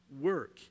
work